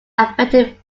affected